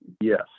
Yes